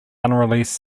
unreleased